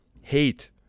hate